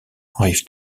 rive